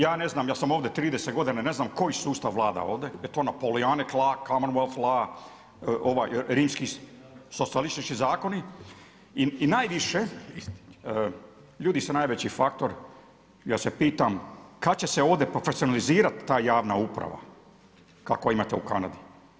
Ja ne znam jel' sam ovdje 30 godina i ne znam koji sustav vlada ovdje, jel' to … law, Commonwealth law, rimski, socijalistički zakoni, i najviše ljudi su najveći faktor, ja se pitam kad će se ovdje profesionalizirati ta javna uprava kako imate u Kanadi?